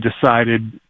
decided